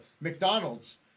McDonald's